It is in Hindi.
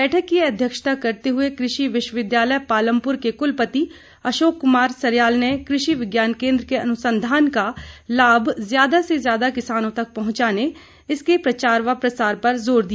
बैठक की अध्यक्षता करते हुए कृषि विश्वविद्यालय पालमपुर के कुलपति अशोक कुमार सरयाल ने कृषि विज्ञान केंद्र के अनुसंधान का लाभ ज्यादा से ज्यादा किसानों तक पहुंचाने के इसके प्रचार व प्रसार पर जोर दिया